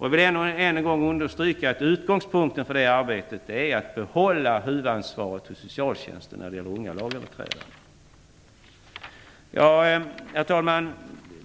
Jag vill än en gång understryka att utgångspunkten för det arbetet är att behålla huvudansvaret hos socialtjänsten när det gäller unga lagöverträdare. Herr talman!